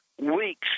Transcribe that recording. weeks